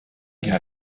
get